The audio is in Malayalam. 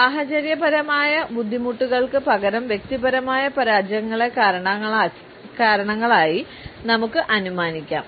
സാഹചര്യപരമായ ബുദ്ധിമുട്ടുകൾക്ക് പകരം വ്യക്തിപരമായ പരാജയങ്ങളെ കാരണങ്ങളായി നമുക്ക് അനുമാനിക്കാം